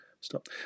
stop